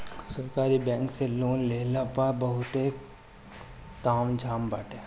सरकारी बैंक से लोन लेहला पअ बहुते ताम झाम बाटे